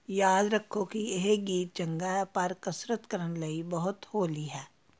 ਯਾਦ ਰੱਖੋ ਕਿ ਇਹ ਗੀਤ ਚੰਗਾ ਹੈ ਪਰ ਕਸਰਤ ਕਰਨ ਲਈ ਬਹੁਤ ਹੌਲੀ ਹੈ